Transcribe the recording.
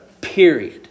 Period